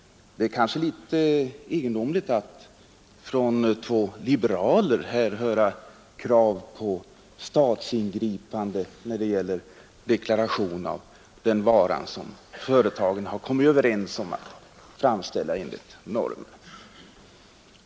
Det är egendomligt att från två liberaler få höra krav på statsingripande för en varudeklaration, som företagen själva har kommit överens om att ombesörja.